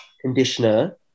conditioner